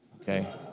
okay